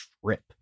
trip